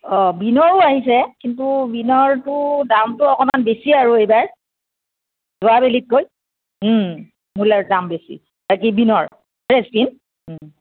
অঁ বিনয়ো আহিছে কিন্তু বিনৰটোৰ দামটো অকণমান বেছি আৰু এইবাৰ যোৱা বেলিতকৈ মূলাৰ দাম বেছি কি বিনৰ ফেচবিন